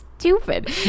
stupid